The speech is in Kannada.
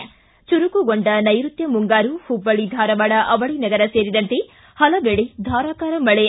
ಿ ಚುರುಕುಗೊಂಡ ನೈರುತ್ನ ಮುಂಗಾರು ಹುಬ್ಬಳ್ಳಿ ಧಾರವಾಡ ಅವಳಿ ನಗರ ಸೇರಿದಂತೆ ಹಲವೆಡೆ ಧಾರಾಕಾರ ಮಳೆ